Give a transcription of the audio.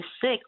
sick